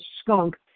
skunk